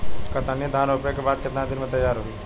कतरनी धान रोपे के बाद कितना दिन में तैयार होई?